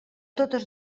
totes